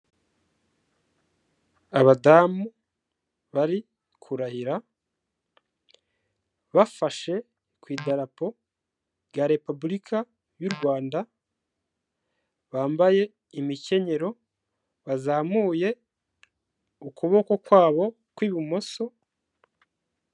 Abadamu bari kurahira bafashe ku idarapo rya Repubulika y'u Rwanda, bambaye imikenyero bazamuye ukuboko kwabo kw'bumoso.